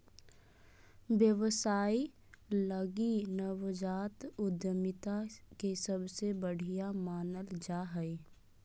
व्यवसाय लगी नवजात उद्यमिता के सबसे बढ़िया मानल जा हइ